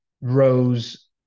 Rose